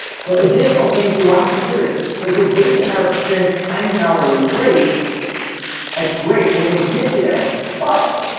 so additional things we wanna consider is so if we're basing on our experience times an hourly rate that's great. we're gonna get you there but